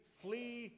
flee